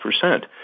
percent